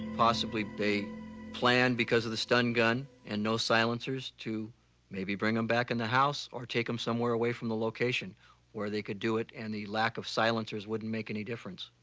possibly they plan because of the stun gun and no silencers to maybe bring them back in the house, or take him somewhere away from the location where they could do it, and the lack of silencers wouldn't make any difference.